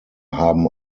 haben